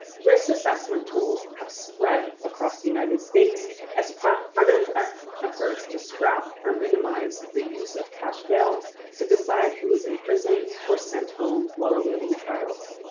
risk assessment tools have spread across the united states as part part of efforts to scrap or minimize the use of cash bail to decide who is imprisoned or sent home while awaiting trials.